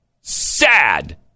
sad